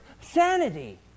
sanity